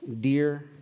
dear